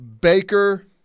Baker